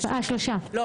כל